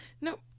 No